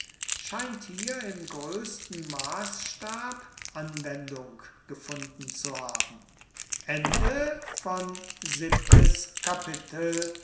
scheint hier im größten maßstab anwendung gefunden zu haben